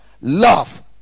love